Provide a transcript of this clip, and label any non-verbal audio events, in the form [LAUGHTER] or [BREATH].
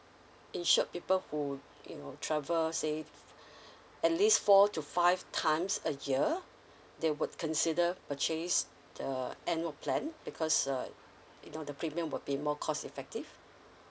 insured people who you know travel say [BREATH] at least four to five times a year they would consider purchase the annual plan because uh you know the premium will be more cost effective